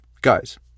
guys